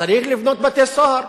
צריך לבנות בתי-סוהר,